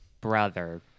brother